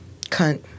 Cunt